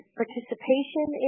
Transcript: participation